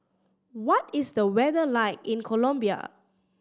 what is the weather like in Colombia